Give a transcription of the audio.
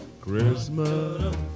Christmas